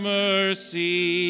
mercy